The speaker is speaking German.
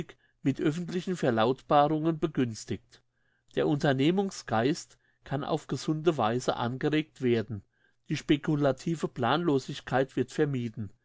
mit öffentlichen verlautbarungen begünstigt der unternehmungsgeist kann auf gesunde weise angeregt werden die speculative planlosigkeit wird vermieden